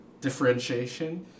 differentiation